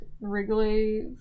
wrigley